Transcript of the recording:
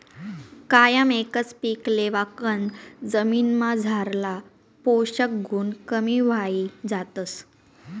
कायम एकच पीक लेवाकन जमीनमझारला पोषक गुण कमी व्हयी जातस